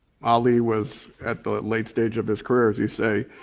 ali was at the late stage of his career, as you say.